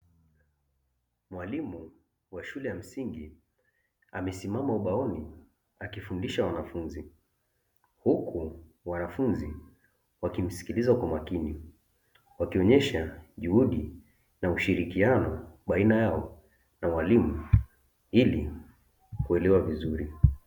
Mwalimu wa shule ya msingi amesimama ubaoni akifundisha wanafunzi. Huku wanafunzi wakimsikiliza kwa umakini, wakionyesha juhudi na ushirikiano baina yao na mwalimu ili kuelewa vizuri.